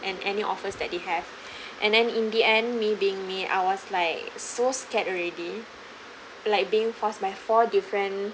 and any offers that they have and then in the end me being me I was like so scared already like being force by four different